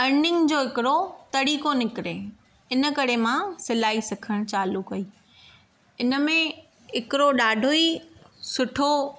earning जो हिकिड़ो तरीक़ो निकिरे इन करे मां सिलाई सिखणु चालू कई इन में हिकिड़ो ॾाढो ई सुठो